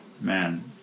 man